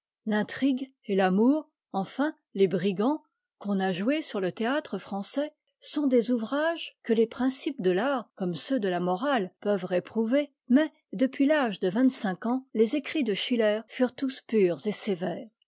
fmtrigue et l'amour enfin les brigands qu'on a joués sur le théâtre français sont des ouvrages que les principes de l'art comme ceux de la mora e peuvent réprouver mais depuis i'age de vingt-cinq ans les écrits de schiller furent tous purs et sévères